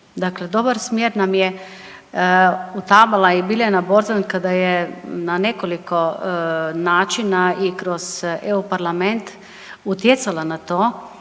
dobar smjer nam je utabala i Biljana Borzan kada je na nekoliko načina i kroz EU Parlament utjecala na to